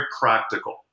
practical